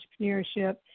entrepreneurship